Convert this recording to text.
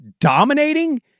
Dominating